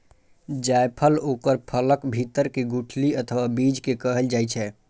जायफल ओकर फलक भीतर के गुठली अथवा बीज कें कहल जाइ छै